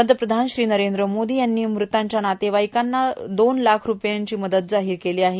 पंतप्रधान श्री नरेंद्र मोदी यांनी म्रतांच्या नातेवाईकांना रूपये दोन लाख इतकी मदत जाहीर केली आहे